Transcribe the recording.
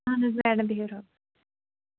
اہن حظ میڈَم بِہِو